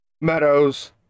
Meadows